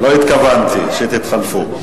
לא התכוונתי שתתחלפו.